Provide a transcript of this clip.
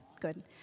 good